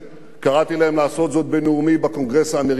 קראתי להם לעשות זאת בנאומי באוניברסיטת בר-אילן,